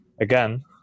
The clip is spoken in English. again